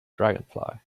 dragonfly